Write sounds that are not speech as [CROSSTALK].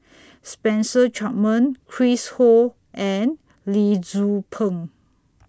[NOISE] Spencer Chapman Chris Ho and Lee Tzu Pheng